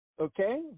okay